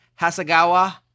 Hasagawa